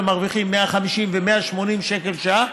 והם מרוויחים 150 ו-180 שקל לשעה,